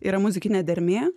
yra muzikinė dermė